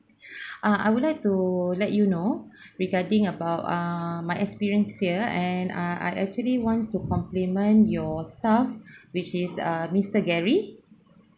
ah I would like to let you know regarding about ah my experience here and ah I actually wants to compliment your staff which is uh mister gary